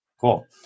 Cool